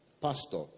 Pastor